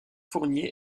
fournier